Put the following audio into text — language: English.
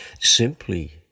Simply